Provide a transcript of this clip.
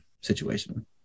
situation